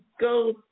go